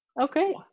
Okay